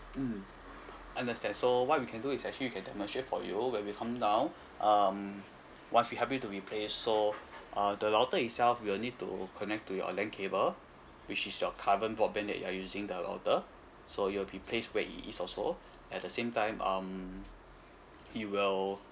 mm understand so what we can do is actually we can demonstrate for you when we come down um once we help you to replace so uh the router itself we will need to connect to your land cable which is your current broadband that you are using the router so it will be placed where it is also at the same time um it will